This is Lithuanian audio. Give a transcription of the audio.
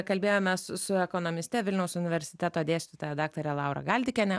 kalbėjome su ekonomiste vilniaus universiteto dėstytoja daktare laura galdikiene